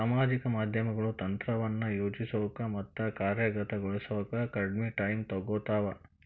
ಸಾಮಾಜಿಕ ಮಾಧ್ಯಮಗಳು ತಂತ್ರವನ್ನ ಯೋಜಿಸೋಕ ಮತ್ತ ಕಾರ್ಯಗತಗೊಳಿಸೋಕ ಕಡ್ಮಿ ಟೈಮ್ ತೊಗೊತಾವ